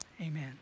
Amen